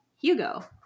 Hugo